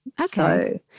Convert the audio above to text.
Okay